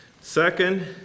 Second